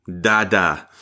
Dada